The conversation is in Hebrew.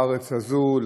בארץ הזאת,